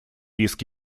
риск